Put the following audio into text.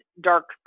dark